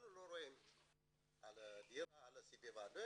לא ראינו את הדירה ולא את הסביבה.